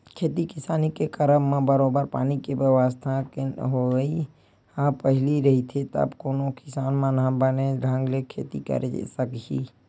खेती किसानी के करब म बरोबर पानी के बेवस्था के होवई ह पहिली रहिथे तब कोनो किसान ह बने ढंग ले खेती करे सकही